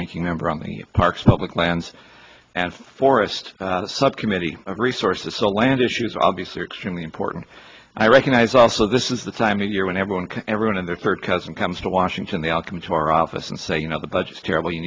ranking member on the parks public lands and forest subcommittee resources to land issues obviously extremely important i recognize also this is the time of year when everyone everyone in their third cousin comes to washington they all come to our office and say you know the budgets terrible you